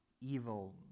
evil